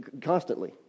constantly